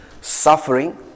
suffering